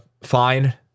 Fine